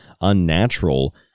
unnatural